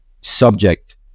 subject